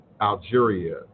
Algeria